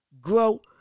grow